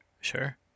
Sure